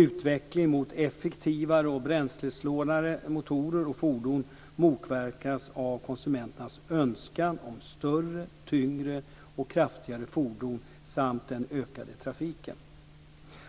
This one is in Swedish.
Utveckling mot effektivare och bränslesnålare motorer och fordon motverkas av konsumenternas önskan om större, tyngre och kraftigare fordon samt av den ökande trafiken.